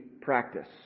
practice